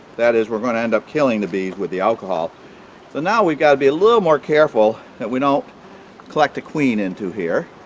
that is we're going to end up killing the bees with the alcohol so now we've got to be a little more careful that we don't collect the queen into here